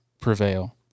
prevail